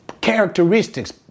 characteristics